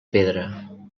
pedra